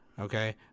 okay